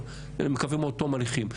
אני מקווה עד תום ההליכים.